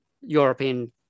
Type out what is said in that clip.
European